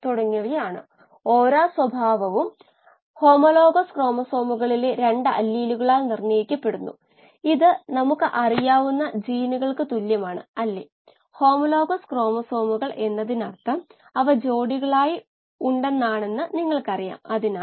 അങ്ങനെ ചെയ്താൽ നമുക്ക് ഇതുപോലുള്ള ഒരു വക്രം ലഭിക്കും